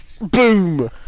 Boom